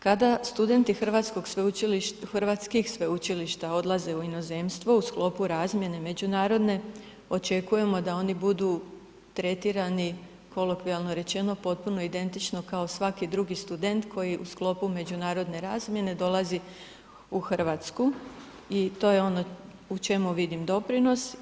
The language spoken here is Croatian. Kada studenti hrvatskih sveučilišta odlaze u inozemstvo u sklopu razmjene međunarodne očekujemo da oni budu tretirani kolokvijalno rečeno potpuno identično kao svaki drugi student koji u sklopu međunarodne razmjene dolazi u Hrvatsku i to je o no u čemu vidim doprinos.